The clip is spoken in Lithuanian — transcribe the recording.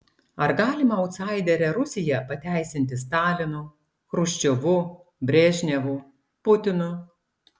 ar galima autsaiderę rusiją pateisinti stalinu chruščiovu brežnevu putinu